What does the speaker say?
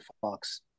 Fox